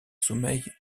sommeil